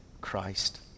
Christ